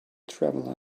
traveller